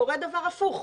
קורה דבר הפוך,